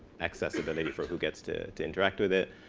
accessibility for who gets to to interact with it.